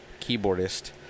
keyboardist